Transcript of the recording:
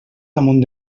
damunt